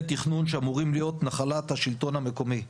תכנון שאמורים להיות נחלת השלטון המקומי,